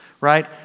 right